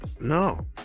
No